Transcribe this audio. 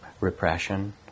repression